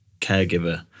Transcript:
caregiver